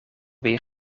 weer